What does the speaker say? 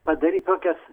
padaryt tokias